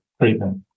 treatment